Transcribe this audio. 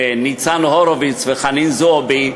ניצן הורוביץ וחנין זועבי,